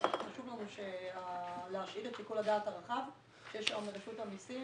חשוב לנו להשאיר את שיקול הדעת הרחב שיש היום לרשות המסים